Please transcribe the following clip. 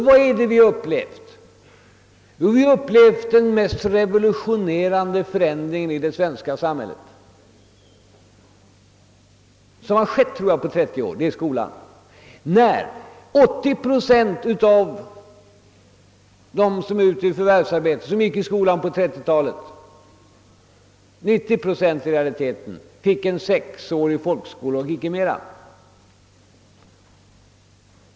Vi har inom skolväsendet upplevt den kanske mest revolutionerande förändringen i det svenska samhället under de senaste 30 åren. Av dem som gick i skolan på 1930-talet fick 80 procent eller i realiteten 90 procent en sexårig folkskola och icke mera.